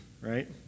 right